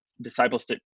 discipleship